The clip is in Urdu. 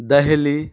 دہلی